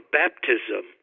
baptism